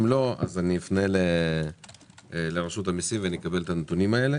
אם לא, אפנה לרשות המיסים ואקבל את הנתונים האלה